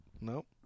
Nope